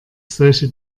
solche